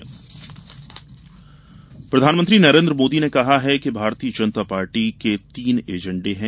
मोदी प्रधानमंत्री नरेन्द्र मोदी ने कहा है कि भारतीय जनता पार्टी के तीन एजेंडे हैं